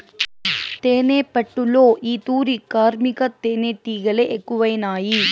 తేనెపట్టులో ఈ తూరి కార్మిక తేనీటిగలె ఎక్కువైనాయి